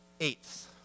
Eighth